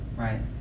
Right